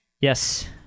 Yes